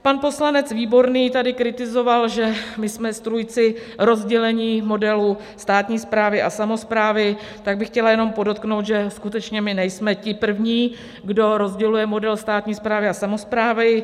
Pan poslanec Výborný taky kritizoval, že jsme strůjci rozdělení modelu státní správy a samosprávy, tak bych chtěla jenom podotknout, že skutečně my nejsme ti první, kdo rozděluje model státní správy a samosprávy.